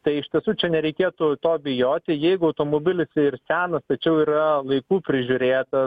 tai iš tiesų čia nereikėtų to bijoti jeigu automobilis ir senas tačiau yra laiku prižiūrėtas